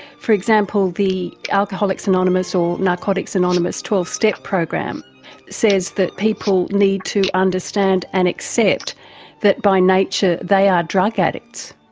for example, the alcoholics anonymous or narcotics anonymous twelve step program says that people need to understand and accept that by nature they are drug addicts.